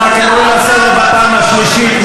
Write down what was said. אתה קרוי לסדר בפעם השנייה, חבר הכנסת לוי.